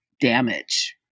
damage